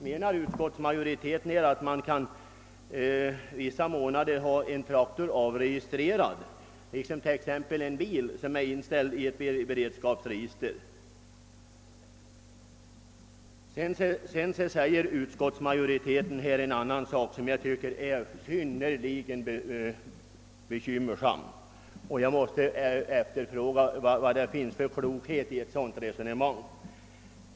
Menar = utskottsmajoriteten att man vissa månader kan ha en traktor avregistrerad liksom exempelvis en bil vissa tider står i beredskapsregister? Utskottsmajoriteten säger vidare någonting som jag tycker är synnerligen betänkligt — jag måste fråga vad det finns för klok tanke bakom ett sådant resonemang.